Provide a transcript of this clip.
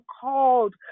called